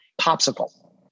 Popsicle